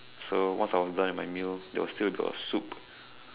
so once I was done with my meal there was still got a soup